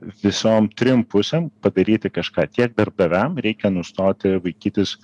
visom trim pusėm padaryti kažką tiek darbdaviam reikia nustoti vaikytis